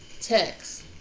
text